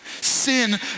Sin